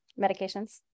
medications